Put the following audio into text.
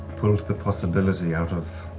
pulled the possibility out of